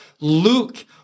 Luke